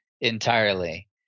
entirely